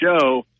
show